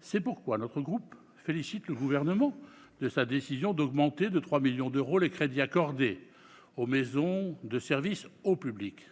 C'est pourquoi mon groupe félicite le Gouvernement de sa décision d'augmenter de 3 millions d'euros les crédits accordés aux maisons de services au public.